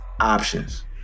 options